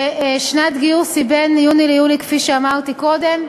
ושנת גיוס היא בין יוני ליולי, כפי שאמרתי קודם.